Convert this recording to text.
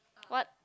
what